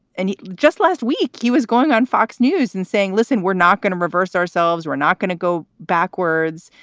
and just last week, he was going on fox news and saying, listen, we're not going to reverse ourselves. we're not going to go backwards.